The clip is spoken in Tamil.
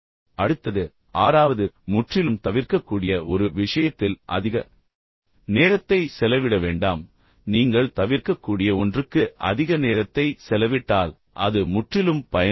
அடுத்தது ஆறாவது முற்றிலும் தவிர்க்கக்கூடிய ஒரு விஷயத்தில் அதிக நேரத்தை செலவிட வேண்டாம் நீங்கள் தவிர்க்கக்கூடிய ஒன்றுக்கு அதிக நேரத்தை செலவிட்டால் அது முற்றிலும் பயனற்றது